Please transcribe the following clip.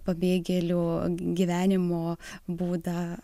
pabėgėlio gyvenimo būdą